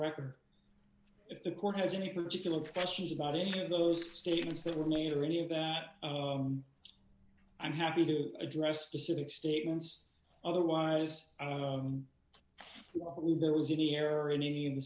record if the court has any particular questions about any of those statements that were made or any of that i'm happy to address the civic statements otherwise there was an error in any of the